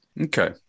Okay